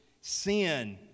Sin